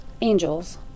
angels